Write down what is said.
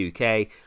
UK